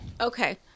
Okay